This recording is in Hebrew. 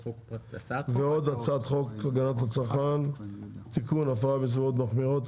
ועוד הצעת חוק הגנת הצרכן (תיקון הפרה בנסיבות מחמירות),